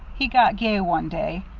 he got gay one day.